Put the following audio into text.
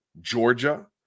Georgia